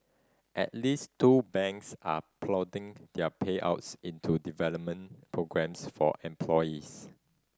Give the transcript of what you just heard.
at least two banks are ploughing their payouts into development programmes for employees